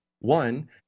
One